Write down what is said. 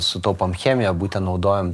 sutaupom chemiją būtent naudojam